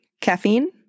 caffeine